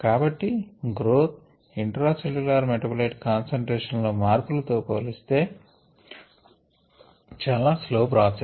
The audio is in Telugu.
కాబట్టి growth intracellular metabolite concentration లో మార్పులతో పోలిస్తే చాలా స్లో ప్రాసెస్